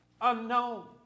unknown